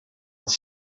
its